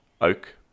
Oak